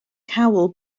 cawl